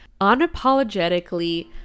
unapologetically